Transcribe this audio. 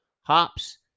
Hops